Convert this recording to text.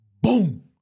boom